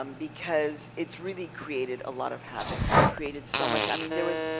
um because it's really created a lot of havoc. it's created so much. i mean, there was,